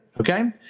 okay